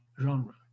genre